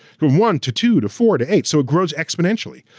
from one to two to four to eight, so it grows exponentially.